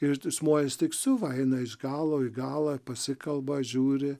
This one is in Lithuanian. ir žmonės tik siuva eina iš galo į galą pasikalba žiūri